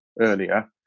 earlier